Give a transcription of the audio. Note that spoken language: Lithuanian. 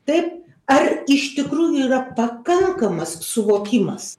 taip ar iš tikrųjų yra pakankamas suvokimas